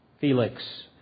Felix